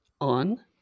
on